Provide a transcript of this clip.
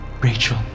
Rachel